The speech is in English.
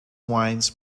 wines